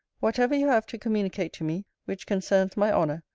whatever you have to communicate to me, which concerns my honour,